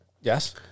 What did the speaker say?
Yes